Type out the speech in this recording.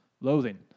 loathing